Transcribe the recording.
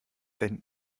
denn